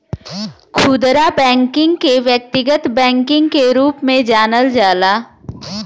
खुदरा बैकिंग के व्यक्तिगत बैकिंग के रूप में जानल जाला